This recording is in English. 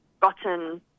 gotten